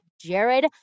Jared